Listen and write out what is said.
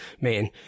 man